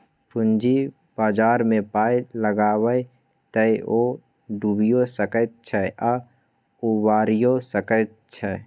पूंजी बाजारमे पाय लगायब तए ओ डुबियो सकैत छै आ उबारियौ सकैत छै